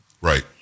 Right